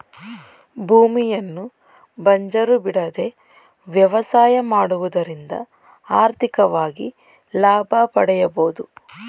ಭೂಮಿಯನ್ನು ಬಂಜರು ಬಿಡದೆ ವ್ಯವಸಾಯ ಮಾಡುವುದರಿಂದ ಆರ್ಥಿಕವಾಗಿ ಲಾಭ ಪಡೆಯಬೋದು